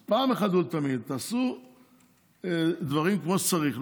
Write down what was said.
אז אחת ולתמיד תעשו דברים כמו שצריך.